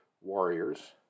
warriors